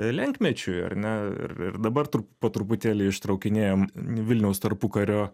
lenkmečiui ar ne ir ir dabar tru po truputėlį ištraukinėjam vilniaus tarpukario